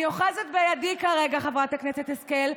אני אוחזת בידי כרגע, חברת הכנסת השכל,